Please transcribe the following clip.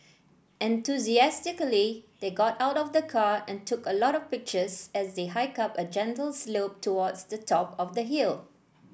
enthusiastically they got out of the car and took a lot of pictures as they hiked up a gentle slope towards the top of the hill